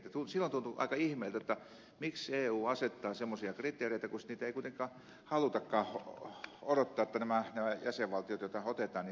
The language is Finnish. silloin tuntui aika ihmeeltä miksi eu asettaa semmoisia kriteereitä kun sitten niitä ei kuitenkaan halutakaan odottaa jotta nämä jäsenvaltiot joita otetaan täyttävät ne